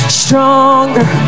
stronger